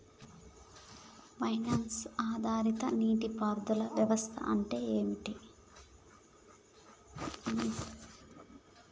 Censor ఆధారిత నీటి పారుదల వ్యవస్థ అంటే ఏమిటి?